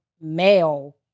male